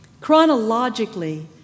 Chronologically